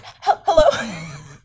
hello